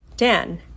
Dan